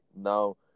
now